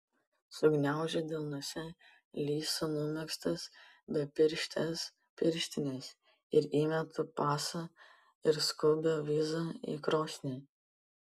sugniaužiu delnuose lisu numegztas bepirštes pirštines ir įmetu pasą ir skubią vizą į krosnį